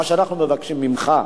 מה שאנחנו מבקשים ממך,